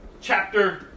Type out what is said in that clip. chapter